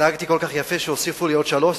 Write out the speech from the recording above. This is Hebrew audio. התנהגתי כל כך יפה שהוסיפו לי עוד שלוש,